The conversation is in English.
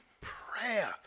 prayer